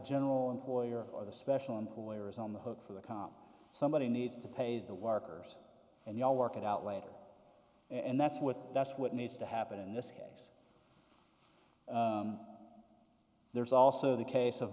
general employer or the special employer is on the hook for the comm somebody needs to pay the workers and they'll work it out later and that's what that's what needs to happen in this case there's also the case of